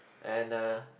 and uh